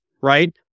Right